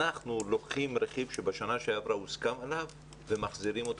לוקחים רכיב שבשנה שעברה הוסכם עליו ומחזירים אותו